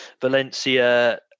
Valencia